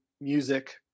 music